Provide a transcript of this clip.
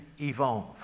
evolve